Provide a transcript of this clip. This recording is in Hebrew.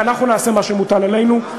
ואנחנו נעשה מה שמוטל עלינו,